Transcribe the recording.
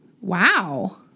Wow